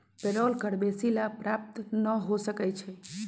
payroll कर बेशी लाभ प्राप्त न हो सकै छइ